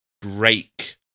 break